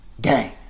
gang